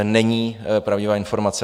Není to pravdivá informace.